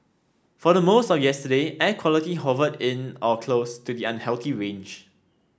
for the most of yesterday air quality hovered in or close to the unhealthy range